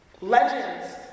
legends